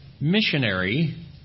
missionary